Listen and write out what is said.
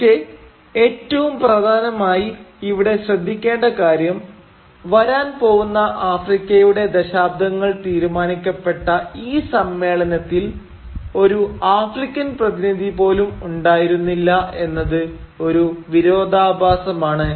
പക്ഷെ ഏറ്റവും പ്രധാനമായി ഇവിടെ ശ്രദ്ധിക്കേണ്ട കാര്യം വരാൻ പോവുന്ന ആഫ്രിക്കയുടെ ദശാബ്ദങ്ങൾ തീരുമാനിക്കപ്പെട്ട ഈ സമ്മേളനത്തിൽ ഒരു ആഫ്രിക്കൻ പ്രതിനിധി പോലും ഉണ്ടായിരുന്നില്ല എന്നത് ഒരു വിരോധാഭാസമാണ്